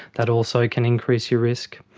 that also can increase your risk.